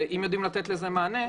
אם יודעים לתת לזה מענה,